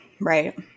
Right